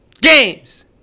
games